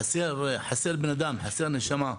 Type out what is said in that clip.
חסר בן אדם, חסרה נשמה.